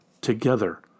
together